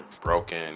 broken